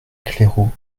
claireaux